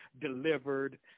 delivered